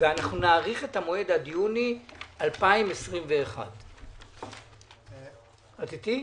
ואנחנו נאריך את המועד עד יוני 2021. את איתי?